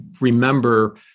remember